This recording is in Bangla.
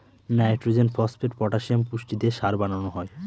নাইট্রজেন, ফসপেট, পটাসিয়াম পুষ্টি দিয়ে সার বানানো হয়